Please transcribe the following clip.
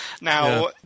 Now